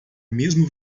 mesmo